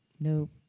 Nope